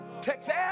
Texas